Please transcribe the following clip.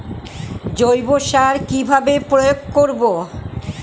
জৈব সার কি ভাবে প্রয়োগ করব?